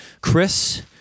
Chris